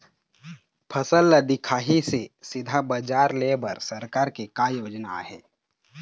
फसल ला दिखाही से सीधा बजार लेय बर सरकार के का योजना आहे?